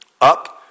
Up